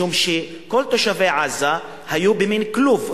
משום שכל תושבי עזה היו במין כלוב.